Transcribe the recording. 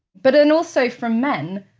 but then also from men,